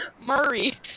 Murray